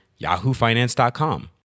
yahoofinance.com